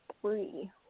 three